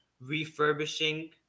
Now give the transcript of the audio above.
refurbishing